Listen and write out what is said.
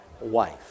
wife